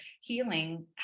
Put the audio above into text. healing